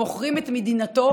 מוכרים את מדינתו